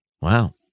wow